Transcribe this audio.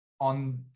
On